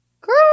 girl